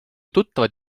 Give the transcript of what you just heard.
tuttavad